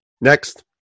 Next